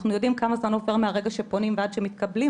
אנחנו יודעים כמה זמן עובר מהרגע שפונים ועד שמתקבלים,